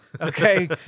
okay